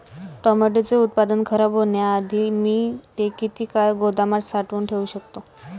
टोमॅटोचे उत्पादन खराब होण्याआधी मी ते किती काळ गोदामात साठवून ठेऊ शकतो?